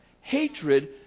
hatred